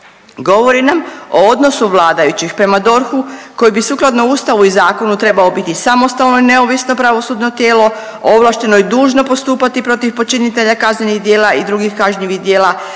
Govori nam o odnosu vladajućih prema DORH-u koji bi sukladno Ustavu i zakonu treba biti samostalno i neovisno pravosudno tijelo ovlašteno i dužno postupati protiv počinitelja kaznenih djela i drugih kažnjivih djela,